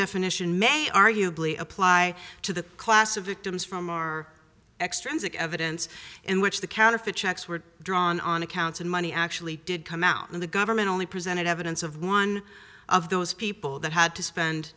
definition may arguably apply to the class of victims from our extrinsic evidence in which the counterfeit checks were drawn on accounts and money actually did come out and the government only presented evidence of one of those people that had to spend